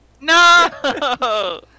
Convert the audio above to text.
No